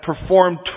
performed